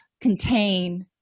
contain